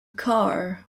car